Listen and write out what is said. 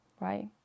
right